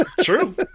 true